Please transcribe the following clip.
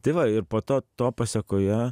tai va ir po to to pasekoje